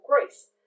grace